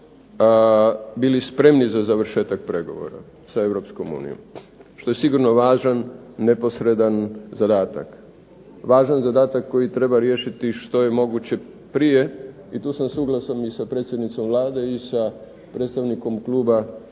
bili spremni za završetak pregovora sa EU, što je sigurno važan, neposredan zadatak. Važan zadatak koji treba riješiti što je moguće prije i tu sam suglasan i sa predsjednicom Vlade i sa predstavnikom kluba